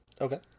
Okay